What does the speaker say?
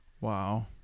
Wow